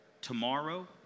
tomorrow